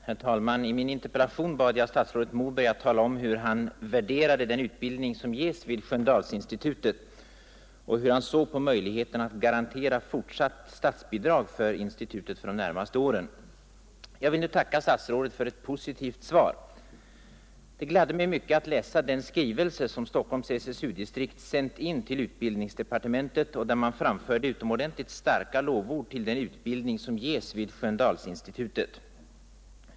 Herr talman! I min interpellation bad jag statsrådet Moberg att tala om hur han värderade den utbildning som ges vid Sköndalsinstitutet och hur han såg på möjligheten att garantera fortsatt statsbidrag för institutet för de närmaste åren. Jag vill nu tacka statsrådet för ett positivt svar. Det gladde mig mycket att läsa den skrivelse som Stockholms SSU-distrikt sänt in till utbildningsdepartementet och där man framförde utomordentligt starka lovord till den utbildning som ges vid Sköndalsinstitutet.